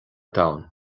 domhan